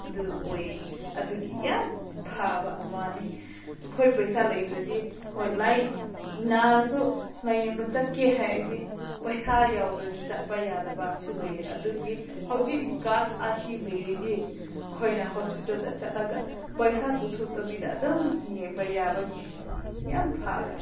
ꯑꯗꯨ ꯑꯣꯏꯌꯦ ꯑꯗꯨꯒꯤ ꯌꯥꯝ ꯐꯕ ꯑꯃꯅꯤ ꯑꯩꯈꯣꯏ ꯄꯩꯁꯥ ꯂꯩꯇ꯭ꯔꯗꯤ ꯍꯣꯏ ꯅꯥꯔꯁꯨ ꯂꯥꯏꯌꯦꯡꯕ ꯆꯠꯀꯦ ꯍꯥꯏꯔꯗꯤ ꯄꯩꯁꯥ ꯌꯥꯎꯗ꯭ꯔꯗꯤ ꯆꯠꯄ ꯌꯥꯗꯕꯗꯨꯁꯨ ꯂꯩꯌꯦ ꯑꯗꯨꯒꯤ ꯍꯧꯖꯤꯛꯍꯤ ꯀꯥꯔꯠ ꯑꯁꯤ ꯂꯩꯔꯗꯤ ꯑꯩꯈꯣꯏꯅ ꯍꯣꯁꯄꯤꯇꯥꯜꯗ ꯆꯠꯂꯒ ꯄꯩꯁꯥ ꯄꯨꯊꯣꯛꯇꯕꯤꯗ ꯑꯗꯨꯝ ꯌꯦꯡꯕ ꯌꯥꯕꯒꯤ ꯌꯥꯝ ꯐꯔꯦ